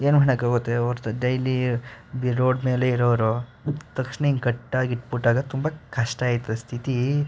ಏನು ಮಾಡೋಕ್ಕಾಗುತ್ತೆ ಹೊರ್ತು ಡೈಲಿ ಬಿ ರೋಡ್ ಮೇಲೆ ಇರೋರು ತಕ್ಷಣ ಹಿಂಗೆ ಕಟ್ಟಾಗಿ ಇಟ್ಬಿಟ್ಟಾಗ ತುಂಬ ಕಷ್ಟ ಇದ್ದ ಸ್ಥಿತಿ